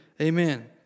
Amen